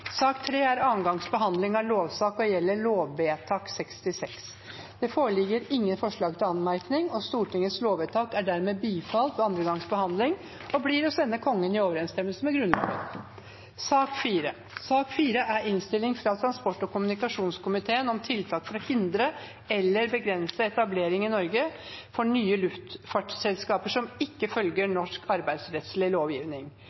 Sak nr. 3 er andre gangs behandling av lovsak og gjelder lovvedtak 66. Det foreligger ingen forslag til anmerkning. Stortingets lovvedtak er dermed bifalt ved andre gangs behandling og blir å sende Kongen i overensstemmelse med Grunnloven. Under debatten er det satt fram i alt 32 forslag. Det er forslagene nr. 1–12, fra Øystein Langholm Hansen på vegne av Arbeiderpartiet, Senterpartiet og